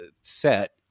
set